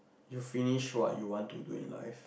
you finish what you want to do in life